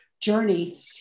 journey